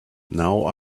now